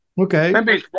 Okay